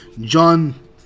John